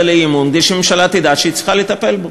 באי-אמון כדי שהממשלה תדע שהיא צריכה לטפל בו.